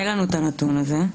אין לנו את הנתון הזה,